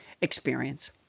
experience